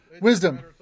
Wisdom